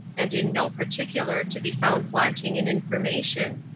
and in no particular to be found wanting in information.